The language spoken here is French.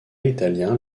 italien